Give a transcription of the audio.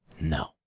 No